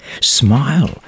Smile